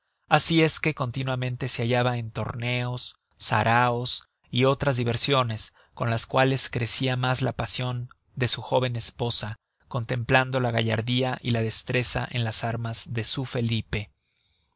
asi es que continuamente se hallaban en torneos saraos y otras diversiones con las cuales crecia mas la pasion de su jóven esposa contemplando la gallardía y la destreza en las armas de su felipe